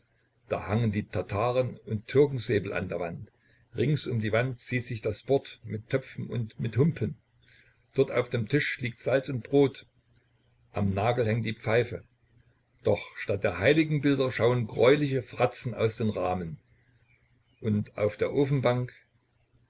da hangen die tataren und türkensäbel an der wand rings um die wand zieht sich das bort mit töpfen und mit humpen dort auf dem tisch liegt salz und brot am nagel hängt die pfeife doch statt der heiligenbilder schauen greuliche fratzen aus den rahmen und auf der ofenbank